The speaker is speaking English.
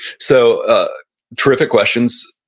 so ah terrific questions,